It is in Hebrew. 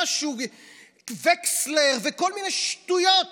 וקסנר וכל מיני שטויות